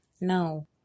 Now